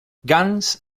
guns